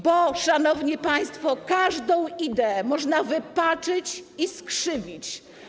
bo, szanowni państwo, każdą ideę można wypaczyć i skrzywić.